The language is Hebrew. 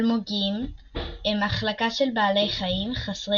אלמוגים הם מחלקה של בעלי חיים חסרי